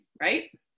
right